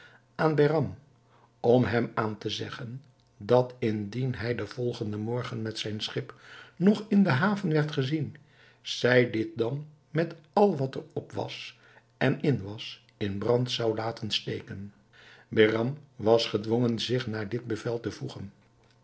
aan behram om hem aan te zeggen dat indien hij den volgenden morgen met zijn schip nog in de haven werd gezien zij dit dan met al wat er op en in was in brand zou laten steken behram was gedwongen zich naar dit bevel te voegen